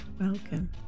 welcome